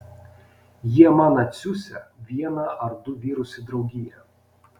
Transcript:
jie man atsiųsią vieną ar du vyrus į draugiją